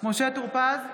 משה טור פז,